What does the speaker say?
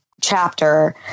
chapter